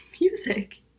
music